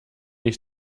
ich